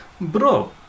Bro